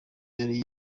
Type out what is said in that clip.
yari